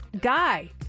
guy